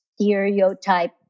stereotype